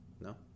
no